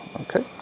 Okay